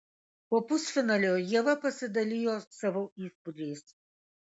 po pusfinalio ieva pasidalijo savo įspūdžiais